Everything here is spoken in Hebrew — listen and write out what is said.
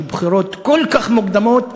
של בחירות כל כך מוקדמות,